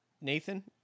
Nathan